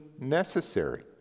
necessary